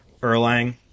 Erlang